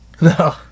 No